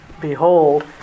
Behold